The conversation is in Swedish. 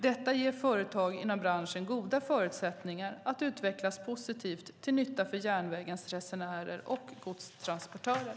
Detta ger företag inom branschen goda förutsättningar att utvecklas positivt, till nytta för järnvägens resenärer och godstransportörer.